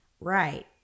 Right